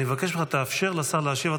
אני מבקש ממך, תאפשר לשר להשיב.